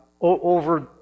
over